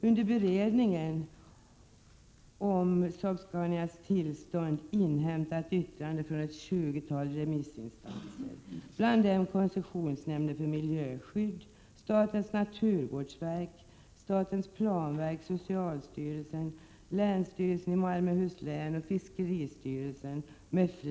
Under beredningen av ärendet om Saab-Scanias tillstånd har man inhämtat yttrande från ett tjugotal remissinstanser, bland dem koncessionsnämnden för miljöskydd, statens naturvårdsverk, statens planverk, socialstyrelsen, länsstyrelsen i Malmöhus län och fiskeristyrelsen.